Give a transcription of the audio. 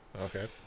Okay